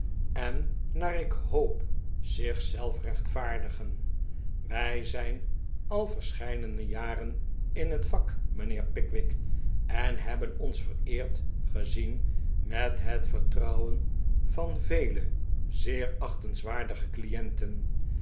en naar ik hoop zich zelf rechtvaardigen wij zijn al verscheidene jaren in net vak mijnheer pickwick en hebben ons vereerd ge zien met het vertrouwen van vele zeer achtenswaardige clienten